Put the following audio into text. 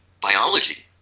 biology